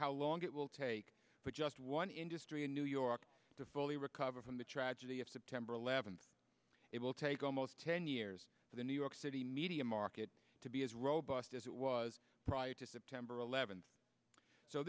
how long it will take but just one industry in new york to fully recover from the tragedy of september eleventh it will take almost ten years for the new york city media market to be as robust as it was prior to september eleventh so